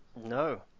No